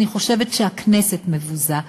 אני חושבת שהכנסת מבוזה.